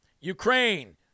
Ukraine